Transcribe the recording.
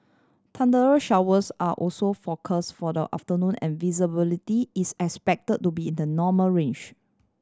thundery showers are also forecast for the afternoon and visibility is expected to be in the normal range